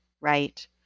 right